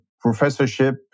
professorship